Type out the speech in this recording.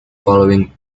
following